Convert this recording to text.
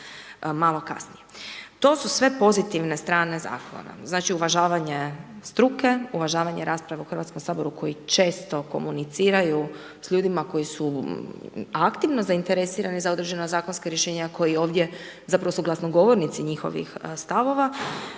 To su sve pozitivne strane zakona, znači, uvažanje struke, uvažavanje rasprave u Hrvatskom saboru, koji često komuniciraju s ljudima koji su aktivno zainteresirani za određena zakonska rješenja, koji ovdje, zapravo suglasnogovornici njihovih stavova,